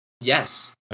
yes